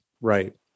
right